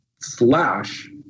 slash